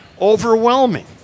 overwhelming